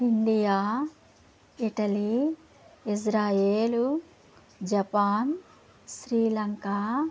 India Italy Israel Japan Sri Lanka